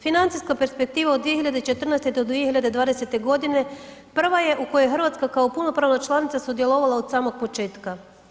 Financijska perspektiva od 2014. do 2020. godine prva je u kojoj Hrvatska kao punopravna članica sudjelovala od samog početka.